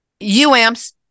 uamps